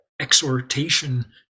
exhortation